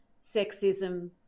sexism